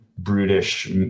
Brutish